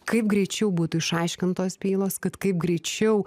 kaip greičiau būtų išaiškintos bylos kad kaip greičiau